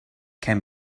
can